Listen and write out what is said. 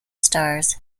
stars